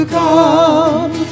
come